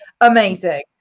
amazing